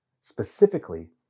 specifically